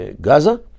Gaza